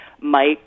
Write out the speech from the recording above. Mike